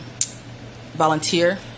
volunteer